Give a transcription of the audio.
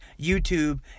YouTube